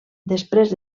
després